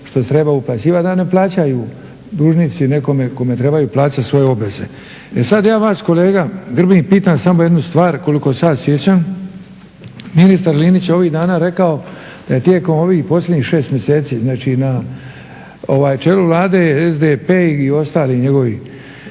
što se treba uplaćivati, da ne plaćaju dužnici nekome kome trebaju plaćati svoje obveze. E sad ja vas kolega Grbin pitam samo jednu stvar, koliko se ja sjećam ministar Linić je ovih dana rekao da je tijekom ovih posljednjih 6 mjeseci na čelu Vlade SDP i ostali njegovi